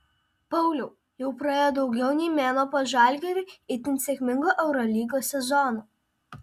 pauliau jau praėjo daugiau nei mėnuo po žalgiriui itin sėkmingo eurolygos sezono